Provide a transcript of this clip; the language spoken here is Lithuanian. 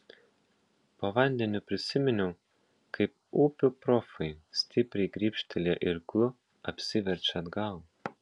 po vandeniu prisiminiau kaip upių profai stipriai grybštelėję irklu apsiverčia atgal